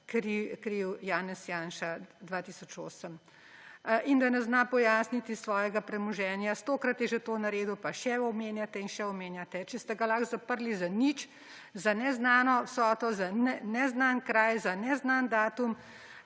kriv Janez Janša 2008. In da ne zna pojasniti svojega premoženja – stokrat je že to naredil, pa še omenjate in še omenjate. Če ste ga lahko zaprli za nič, za neznano vsoto, za neznan kraj, za neznan datum,